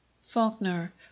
Faulkner